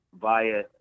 via